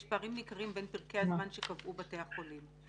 יש פערים ניכרים בין פרקי הזמן שקבעו בתי החולים.